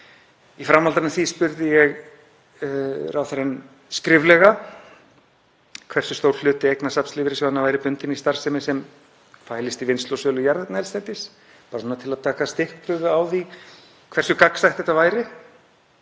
Í framhaldi af því spurði ég ráðherrann skriflega hversu stór hluti eignasafns lífeyrissjóðanna væri bundinn í starfsemi sem fælist í vinnslu og sölu jarðefnaeldsneytis, bara til að taka stikkprufu af því hversu gagnsætt þetta væri.